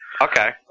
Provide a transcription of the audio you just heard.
Okay